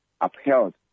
upheld